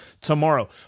tomorrow